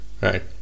right